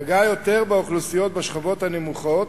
פגעה יותר באוכלוסיות בשכבות הנמוכות,